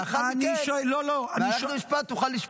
לאחר מכן, מערכת המשפט תוכל לשפוט על פיה.